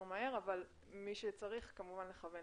28 ליולי 2020. על סדר יומנו: